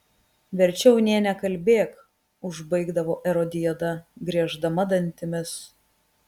verčiau nė nekalbėk užbaigdavo erodiada grieždama dantimis